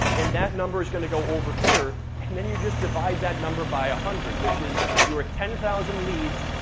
and that number is gonna go over here, and then you just divide that number by one hundred, which is, you're at ten thousand leads,